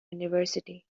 university